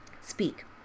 Speak